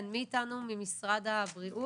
כן, מי איתנו ממשרד הבריאות?